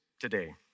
today